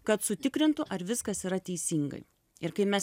kad sutikrintų ar viskas yra teisingai ir kai mes